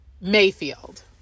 Mayfield